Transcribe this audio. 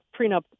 prenup